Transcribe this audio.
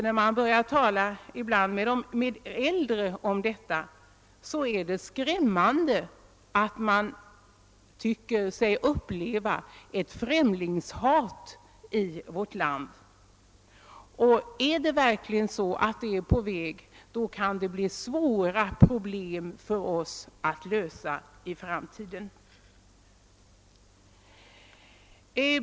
När man börjar tala med äldre om detta, är det skrämmande, att man tycker sig uppleva ett främlingshat i vårt land. Är verkligen ett sådant hat på väg, kan det ge oss svåra problem att lösa i framtiden.